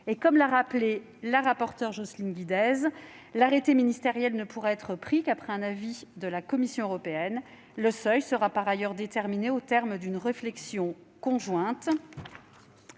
Comme l'a rappelé notre rapporteure Jocelyne Guidez, cet arrêté ministériel ne pourra être pris qu'après avis de la Commission européenne. Le plafond sera par ailleurs déterminé au terme d'une réflexion conjointe